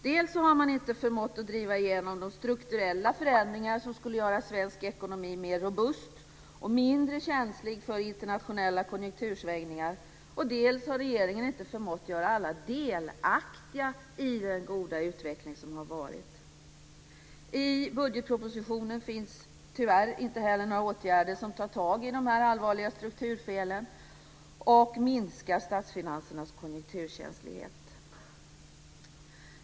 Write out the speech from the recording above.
Dels har regeringen inte förmått att driva igenom de strukturella förändringar som gör svensk ekonomi mer robust och mindre känslig för internationella konjunktursvängningar, dels har regeringen inte förmått göra alla delaktiga i den goda utveckling som har varit. I budgetpropositionen föreslås tyvärr inte heller några åtgärder som tar tag i dessa allvarliga strukturfel och minskar statsfinansernas konjunkturkänslighet.